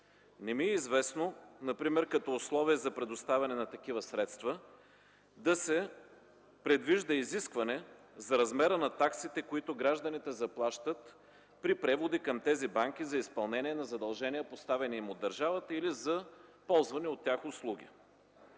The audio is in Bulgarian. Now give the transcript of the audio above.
Не ми е известно например като условие за предоставяне на такива средства да се предвижда изискване за размера на таксите, които гражданите заплащат при преводи към тези банки за изпълнение на задължения, поставени им от държавата, или за ползвани от тях услуги.